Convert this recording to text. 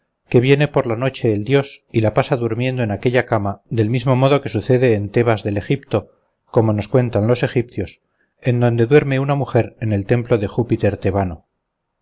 que viene por la noche el dios y la pasa durmiendo en aquella cama del mismo modo que sucede en tébas del egipto como nos cuentan los egipcios en donde duerme una mujer en el templo de júpiter tebano